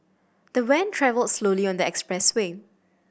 the van travelled slowly on the expressway